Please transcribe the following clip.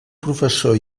professor